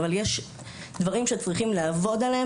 אבל יש דברים שצריכים לעבוד עליהם